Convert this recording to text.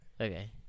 Okay